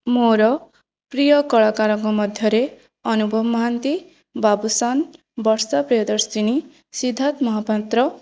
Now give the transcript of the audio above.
ମୋର ପ୍ରିୟ କଳାକାରଙ୍କ ମଧ୍ୟରେ ଅନୁଭବ ମହାନ୍ତି ବାବୁଶାନ୍ ବର୍ଷା ପ୍ରିୟଦର୍ଶିନୀ ସିଦ୍ଧାନ ମହାପାତ୍ର